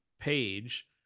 page